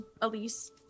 Elise